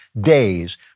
days